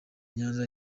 nyanza